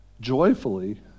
joyfully